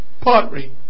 pottery